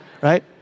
Right